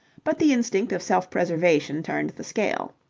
but the instinct of self-preservation turned the scale.